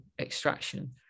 extraction